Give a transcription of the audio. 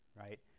right